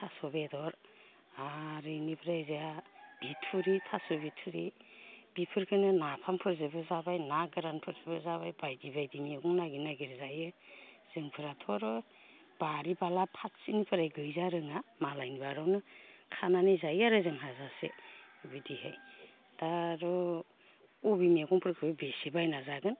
थास' बेदर आरो इनिफ्राय ओजाहा बिथुरि थास' बिथुरि बिफोरखोनो नाफामफोरजोबो जाबाय ना गोरानफोरजोबो जाबाय बायदि बायदि मैगं नागिर नागिर जायो जोंफोराथ' आर' बारि बाला फारसेनिफ्राय गैजारोङा मालायनि बारियावनो खानानै जायो आरो जों हाजासे बिबायदिहाय दा आर' खबि मैगंफोरखो बेसे बायना जागोन